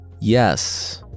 Yes